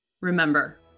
remember